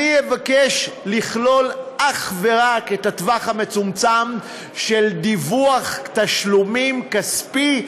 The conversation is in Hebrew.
אני אבקש לכלול אך ורק את הטווח המצומצם של דיווח תשלומים כספי,